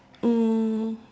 um